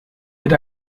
mit